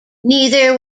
neither